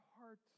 hearts